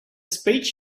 speech